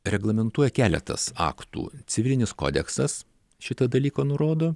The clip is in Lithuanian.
reglamentuoja keletas aktų civilinis kodeksas šitą dalyką nurodo